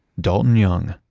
dalton young,